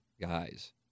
guys